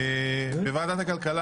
-- ועדת הכלכלה,